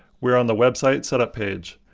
we're on the website setup page.